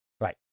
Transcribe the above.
Right